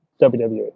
WWE